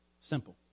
Simple